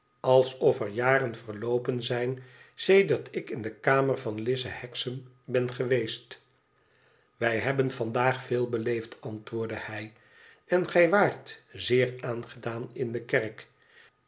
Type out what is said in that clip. alsof er jaren verloopen zijn sedert ik in de kamer van lize hexam ben geweest wij hebhen vandaag veel beleefd antwoordde hij en gij waart zeer aangedaan in de kerk